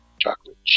chocolate